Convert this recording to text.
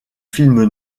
film